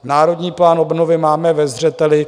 Národní plán obnovy máme ve zřeteli.